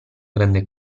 grande